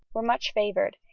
were much favoured,